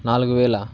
నాలుగు వేలా